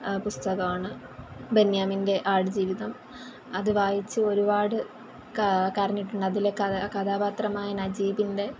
പുസ്തകമാണ് ബെന്യമിൻറെ ആടുജീവിതം അത് വായിച്ച് ഒരുപാട് കര കരഞ്ഞിട്ടുണ്ട് അതിലെ കഥാപാത്രമായ നജീബിൻ്റെ